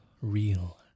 Real